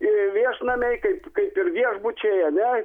ir viešnamiai kaip kaip ir viešbučiai ane